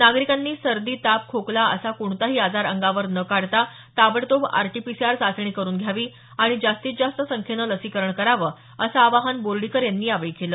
नागरिकांनी सर्दी ताप खोकला असा कोणताही आजार अंगावर न काढता ताबडतोब आरटीपीसीआर चाचणी करून घ्यावी आणि जास्तीत जास्त संख्येनं लसीकरण करावं असं आवाहन बोर्डीकर यांनी ग्रामस्थांना केलं